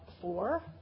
four